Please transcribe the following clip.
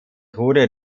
tode